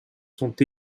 sont